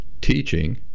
teaching